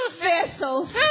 vessels